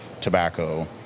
Tobacco